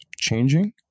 changing